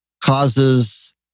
causes